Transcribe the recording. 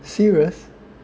serious